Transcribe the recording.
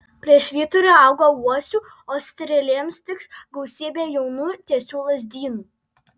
prie švyturio augo uosių o strėlėms tiks gausybė jaunų tiesių lazdynų